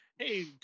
hey